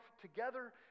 together